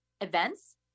events